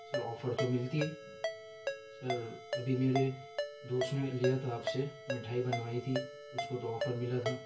سر offer تو ملتی ہے سر ابھی میرے دوست نے لیا تھا آپ سے میٹھائی بنوائی تھی اس کو تو آفر ملا تھا